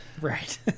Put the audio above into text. right